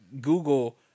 google